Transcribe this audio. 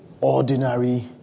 Ordinary